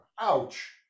Ouch